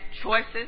choices